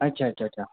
अच्छा अच्छा अच्छा